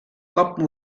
cop